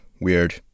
weird